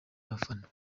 abafana